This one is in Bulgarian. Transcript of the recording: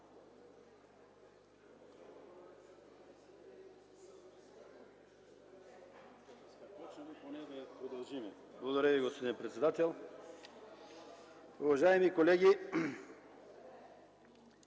Благодаря Ви, госпожо председател. Уважаеми дами